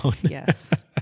Yes